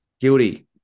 Guilty